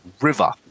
river